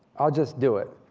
i'll just do it.